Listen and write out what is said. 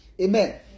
Amen